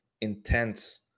intense